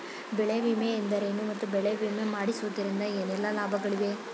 ಬೆಳೆ ವಿಮೆ ಎಂದರೇನು ಮತ್ತು ಬೆಳೆ ವಿಮೆ ಮಾಡಿಸುವುದರಿಂದ ಏನೆಲ್ಲಾ ಲಾಭಗಳಿವೆ?